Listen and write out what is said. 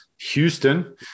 Houston